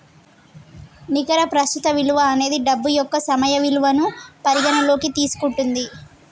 నికర ప్రస్తుత విలువ అనేది డబ్బు యొక్క సమయ విలువను పరిగణనలోకి తీసుకుంటది